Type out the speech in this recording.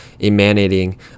emanating